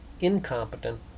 incompetent